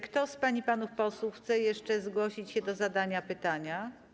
Kto z pań i panów posłów chce jeszcze zgłosić się do zadania pytania?